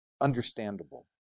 understandable